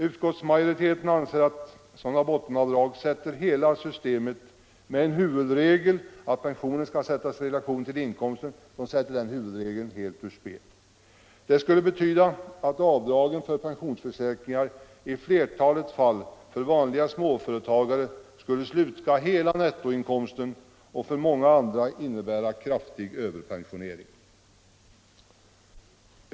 Utskottsmajoriteten anser att sådana bottenavdrag helt strider mot systemet med en huvudregel att pensionen skall sättas i relation till inkomsten. Det skulle betyda att avdragen för pensionsförsäkringar i flertalet fall för vanliga småföretagare skulle sluka hela nettoinkomsten och för många andra innebära kraftig överpensionering.